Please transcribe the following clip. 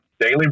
Daily